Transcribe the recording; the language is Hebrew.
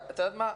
את יודעת מה,